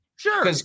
Sure